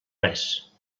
res